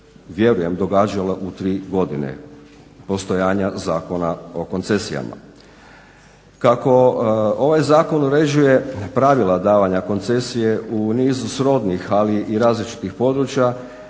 vjerujem događala u tri godine postojanja Zakona o koncesijama. Kako ovaj zakon uređuje pravila davanja koncesije u nizu srodnih ali i različitih područja